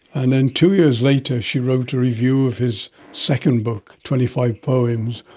and then two years later she wrote a review of his second book, twenty five poems,